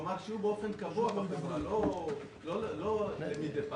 כלומר, שיהיו באופן קבוע בחברה, לא מדי פעם.